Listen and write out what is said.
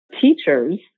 teachers